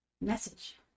message